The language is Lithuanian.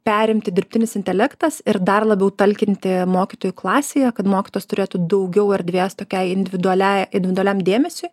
perimti dirbtinis intelektas ir dar labiau talkinti mokytojui klasėje kad mokytojas turėtų daugiau erdvės tokiai individualiai individualiam dėmesiui